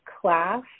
class